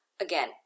Again